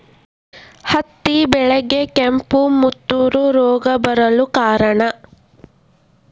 ಹತ್ತಿ ಬೆಳೆಗೆ ಕೆಂಪು ಮುಟೂರು ರೋಗ ಬರಲು ಕಾರಣ?